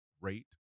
rate